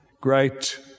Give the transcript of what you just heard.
great